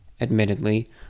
admittedly